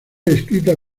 escrita